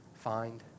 Find